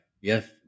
Yes